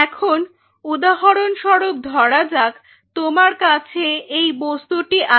এখন উদাহরণস্বরূপ ধরা যাক তোমার কাছে এই বস্তুটি আছে